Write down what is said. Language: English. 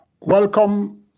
Welcome